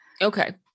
Okay